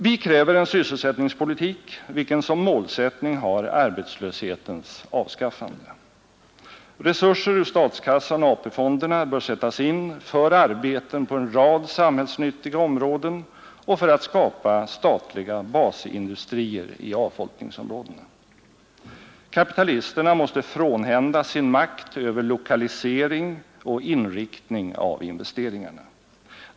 Vi kräver en sysselsättningspolitik vilken såsom målsättning har arbetslöshetens avskaffande. Resurser ur statskassan och AP-fonderna bör sättas in för arbeten på en rad samhällsnyttiga områden och för att skapa statliga basindustrier i avfolkningsområdena. Kapitalisterna måste frånhändas sin makt över lokalisering och inriktning av investeringarna.